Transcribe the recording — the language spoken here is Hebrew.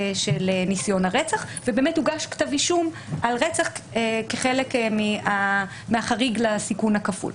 של ניסיון הרצח ובאמת הוגש כתב אישום על רצח כחלק מהחריג לסיכון הכפול.